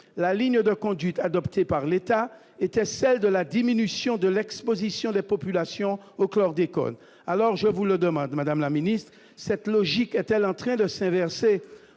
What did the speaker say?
la ligne de conduite adoptée par l'État était celle de la diminution de l'Exposition des populations au chlordécone alors je vous le demande, Madame la Ministre, cette logique est-elle en train de s'inverser,